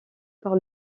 par